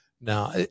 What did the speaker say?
now